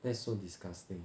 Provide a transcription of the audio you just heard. that's so disgusting